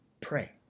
pray